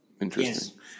Interesting